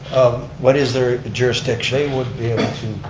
what is their jurisdiction? they would be able to